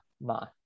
ma